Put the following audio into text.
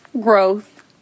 Growth